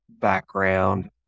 background